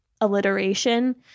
alliteration